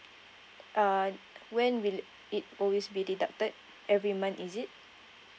uh when will it always be deducted every month is it